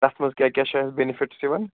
تَتھ منٛز کیٛاہ کیٛاہ چھُ اَسہِ بینِفِٹٔس یِوان